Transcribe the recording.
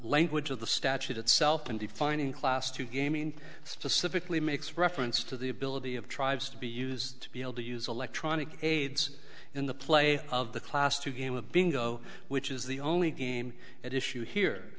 language of the statute itself in defining class to gaming specifically makes reference to the ability of tribes to be used to be able to use electronic aids in the play of the class to game a bingo which is the only game at issue here